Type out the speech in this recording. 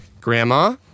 Grandma